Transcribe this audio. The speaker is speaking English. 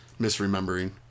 misremembering